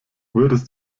würdest